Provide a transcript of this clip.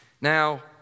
Now